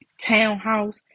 townhouse